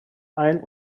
ein